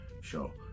show